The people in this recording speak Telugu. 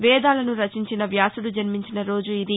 వేదాలను రచించిన వ్యాసుడు జన్మించిన రోజు ఇది